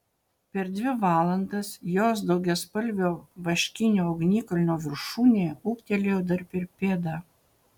per dvi valandas jos daugiaspalvio vaškinio ugnikalnio viršūnė ūgtelėjo dar per pėdą